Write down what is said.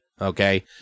Okay